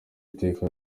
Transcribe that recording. iteka